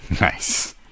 Nice